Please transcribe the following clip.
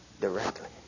directly